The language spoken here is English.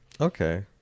Okay